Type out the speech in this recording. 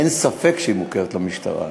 אין ספק שהיא מוכרת למשטרה.